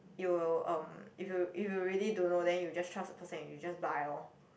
you will um if you if you really don't know then you just trust the person and you just buy lor